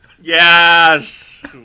Yes